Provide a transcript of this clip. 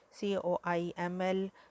COIML